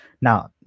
Now